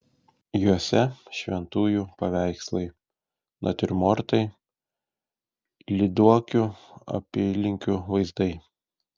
juose šventųjų paveikslai natiurmortai lyduokių apylinkių vaizdai